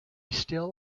still